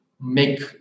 make